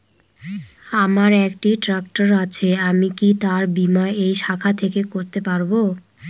আমার একটি ট্র্যাক্টর আছে আমি কি তার বীমা এই শাখা থেকে করতে পারব?